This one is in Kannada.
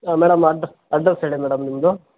ಮೇಡಮ್ ಅಡ್ ಅಡ್ರಸ್ ಹೇಳಿ ಮೇಡಮ್ ನಿಮ್ದು